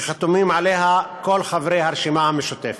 שחתומים עליה כל חברי הרשימה המשותפת.